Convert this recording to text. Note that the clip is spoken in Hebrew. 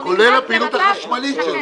כולל הפעילות החשמלית שלו.